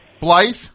Blythe